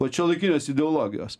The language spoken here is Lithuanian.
vat šiuolaikinės ideologijos